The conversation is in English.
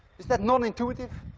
is that nonintuitive?